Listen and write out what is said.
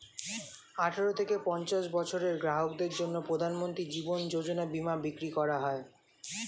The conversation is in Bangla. আঠারো থেকে পঞ্চাশ বছরের গ্রাহকদের জন্য প্রধানমন্ত্রী জীবন যোজনা বীমা বিক্রি করা হয়